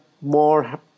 more